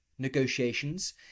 negotiations